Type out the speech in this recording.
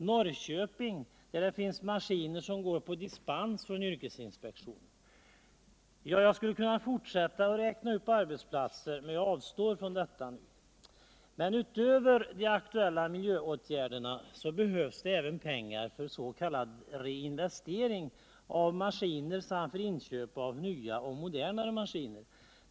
Norrköping, där det finns maskiner som används efter dispens från yrkesinspektionen. 10I Om ytterligare Jag skulle kunna fortsätta och räkna upp arbetsplatser, men jag avstår från det nu. Utöver pengar till de aktuella miljöåtgärderna behövs det pengar för s.k. reinvesteringar i maskiner samt för inköp av nya och modernare maskiner.